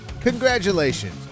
Congratulations